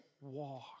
walk